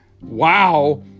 Wow